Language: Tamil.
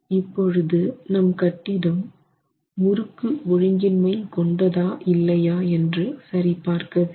இப்பொழுது நம் கட்டிடம் முறுக்கு ஒழுங்கின்மை கொண்டதா இல்லையா என்று சரிபார்க்க வேண்டும்